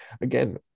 again